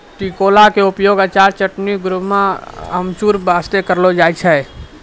टिकोला के उपयोग अचार, चटनी, गुड़म्बा, अमचूर बास्तॅ करलो जाय छै